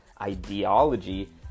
ideology